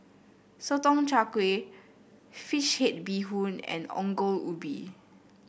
Sotong Char Kway Fish Head Bee Hoon and Ongol Ubi